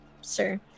sir